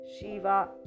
Shiva